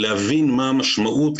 להבין מה המשמעות,